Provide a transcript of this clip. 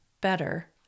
better